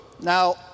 Now